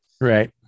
Right